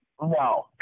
No